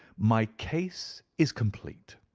my case is complete.